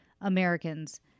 Americans